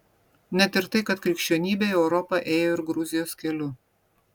net ir tai kad krikščionybė į europą ėjo ir gruzijos keliu